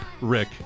Rick